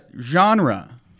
Genre